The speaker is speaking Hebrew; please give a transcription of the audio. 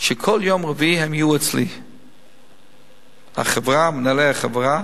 שכל יום רביעי יהיו אצלי מנהלי החברה,